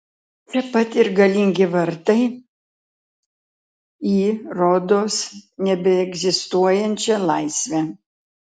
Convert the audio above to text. čia pat ir galingi vartai į rodos nebeegzistuojančią laisvę